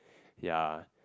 ya